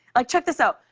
like, check this out.